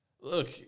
Look